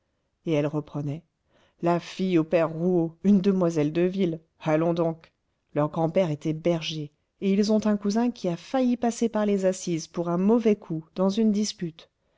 et elle reprenait la fille au père rouault une demoiselle de ville allons donc leur grand-père était berger et ils ont un cousin qui a failli passer par les assises pour un mauvais coup dans une dispute